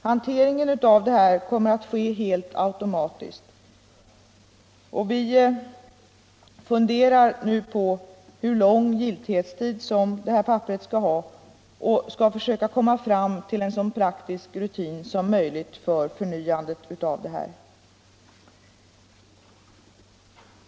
Hanteringen av det här kommer att ske helt automatiskt. Vi funderar nu på hur lång giltighetstid det här papperet skall ha och vi skall försöka komma fram till en så praktisk rutin som möjligt för förnyandet av det.